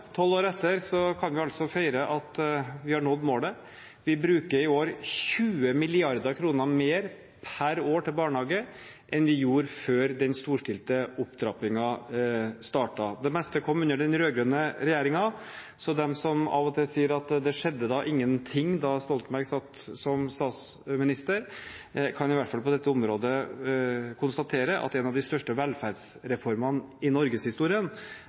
Tolv år etter kan vi feire at vi har nådd målet. Vi bruker i år 20 mrd. kr mer per år til barnehage enn vi gjorde før den storstilte opptrappingen startet. Det meste kom under den rød-grønne regjeringen, så de som av og til sier at det skjedde ingenting da Stoltenberg satt som statsminister, kan i hvert fall på dette området konstatere at en av de største velferdsreformene i norgeshistorien